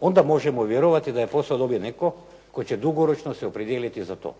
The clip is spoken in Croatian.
onda možemo vjerovati da je posao dobio netko tko će dugoročno se opredijeliti za to.